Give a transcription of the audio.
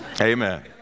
Amen